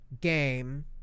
game